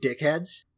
dickheads